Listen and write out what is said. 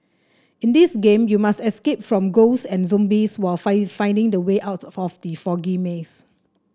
in this game you must escape from ghosts and zombies while find finding the way out from the foggy maze